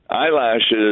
Eyelashes